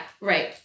right